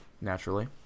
naturally